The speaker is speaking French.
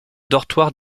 dortoir